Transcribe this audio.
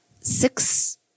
six